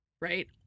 Right